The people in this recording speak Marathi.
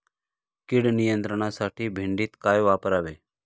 कीड नियंत्रणासाठी भेंडीत काय वापरावे?